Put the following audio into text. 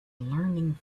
learning